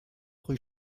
rue